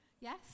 yes